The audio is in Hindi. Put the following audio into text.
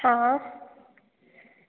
हाँ